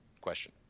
question